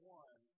one